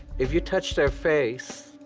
if you touched their face,